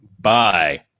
Bye